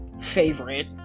favorite